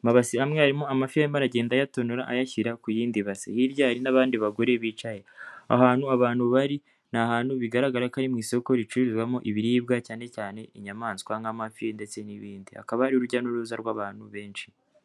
amabasi arimo hamwe harimo amafi arimo aragenda ayatonora ayashyira ku yindi basi, hirya hari n'abandi bagore bicaye, ahantu abantu bari ni ahantu bigaragara ko ari mu isoko ricururirwamo ibiribwa cyane cyane inyamaswa nk'amafi ndetse n'ibindi, akaba hari urujya n'uruza rw'abantu benshi.